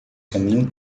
caminham